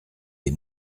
des